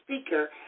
speaker